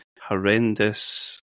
horrendous